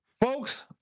Folks